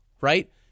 right